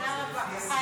לא, זה לפי הסיעה.